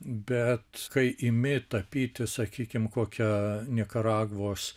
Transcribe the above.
bet kai imi tapyti sakykim kokią nikaragvos